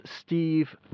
Steve